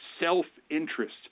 self-interest